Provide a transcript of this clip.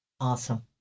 Awesome